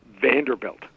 Vanderbilt